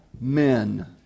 men